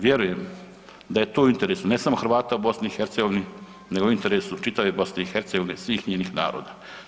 Vjerujem da je to u interesu ne samo Hrvata u BiH nego i u interesu čitave BiH svih njenih naroda.